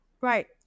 Right